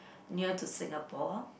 near to Singapore